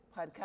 podcast